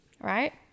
right